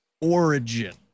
origin